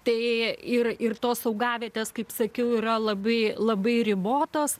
tai ir ir tos augavietės kaip sakiau yra labai labai ribotos